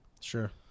sure